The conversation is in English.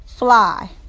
Fly